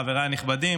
חבריי הנכבדים,